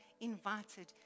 invited